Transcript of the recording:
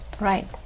Right